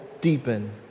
deepen